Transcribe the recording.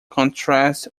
contrast